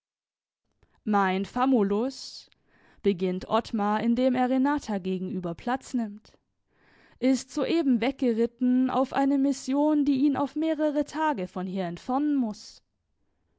mein famulus beginnt ottmar indem er renata gegenüber platz nimmt ist soeben weggeritten auf eine mission die ihn auf mehrere tage von hier entfernen muß